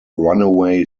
runaway